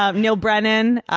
ah neil brennan,